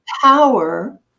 power